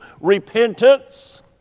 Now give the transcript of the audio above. repentance